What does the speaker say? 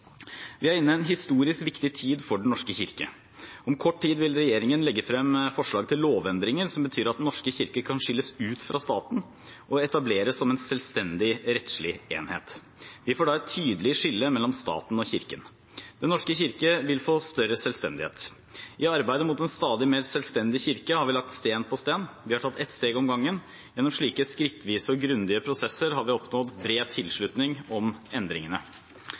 Vi er inne i en historisk viktig tid for Den norske kirke. Om kort tid vil regjeringen legge frem forslag til lovendringer som betyr at Den norske kirke kan skilles ut fra staten og etableres som en selvstendig rettslig enhet. Vi får da et tydelig skille mellom staten og Kirken. Den norske kirke vil få større selvstendighet. I arbeidet mot en stadig mer selvstendig Kirke har vi lagt stein på stein. Vi har tatt ett steg om gangen. Gjennom slike skrittvise og grundige prosesser har vi oppnådd bred oppslutning om endringene.